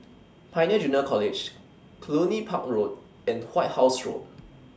Pioneer Junior College Cluny Park Road and White House Road